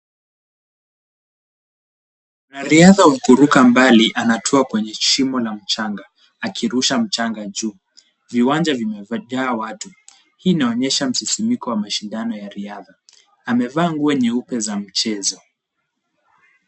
Mwanariadha wa kuruka mbali anatua kwenye shimo la mchanga akirusha mchanga juu. Viwanja vimejaa watu. Hii inaonyesha msisimiko ya mashindano ya riadha. Amevaa nguo nyeupe za mchezo.